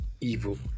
Evil